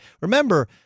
remember